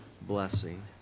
Blessing